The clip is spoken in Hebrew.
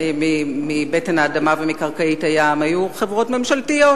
מבטן האדמה ומקרקעית הים היו חברות ממשלתיות,